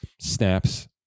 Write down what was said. snaps